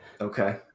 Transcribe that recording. Okay